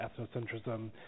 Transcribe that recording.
ethnocentrism